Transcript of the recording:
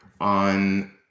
on